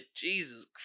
Jesus